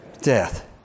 Death